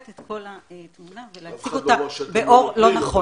את כל התמונה ולהציג אותה באור לא נכון.